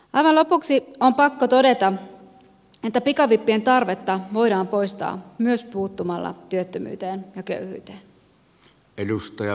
aivan lopuksi on pakko todeta että pikavippien tarvetta voidaan poistaa myös puuttumalla työttömyyteen ja köyhyyteen